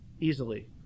easily